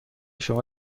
شما